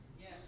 Yes